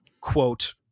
quote